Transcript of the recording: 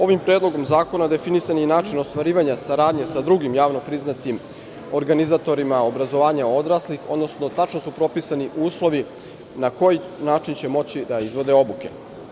Ovim Predlogom zakona definisan je i način ostvarivanja saradnje sa drugim javno priznatim organizatorima obrazovanja odraslih, odnosno tačno su propisani uslovi na koji način će moći da izvode obuke.